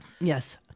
Yes